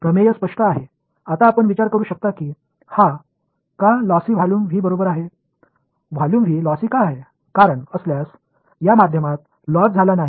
இந்த லாசி கொள்ளளவு V ஏன் என்று நீங்கள் கேட்கலாம் ஏன் கொள்ளளவு V லாசி ஆக இருக்கிறது என்று கேட்கலாம் இந்த ஊடகத்தில் எந்த இழப்பும் இல்லை என்றால் என்ன